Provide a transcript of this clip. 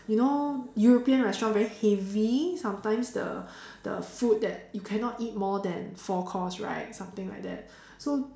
you know European restaurant very heavy sometimes the the food that you cannot eat more than four course right something like that so